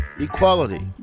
equality